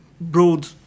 broad